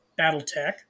Battletech